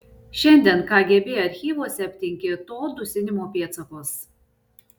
šiandien kgb archyvuose aptinki to dusinimo pėdsakus